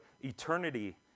eternity